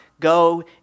go